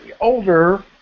older